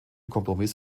kompromiss